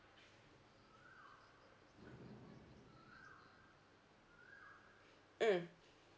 mm